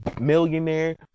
millionaire